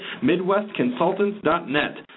MidwestConsultants.net